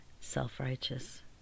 self-righteous